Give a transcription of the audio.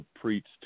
preached